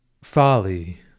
Folly